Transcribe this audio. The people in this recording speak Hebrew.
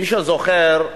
מי שזוכר,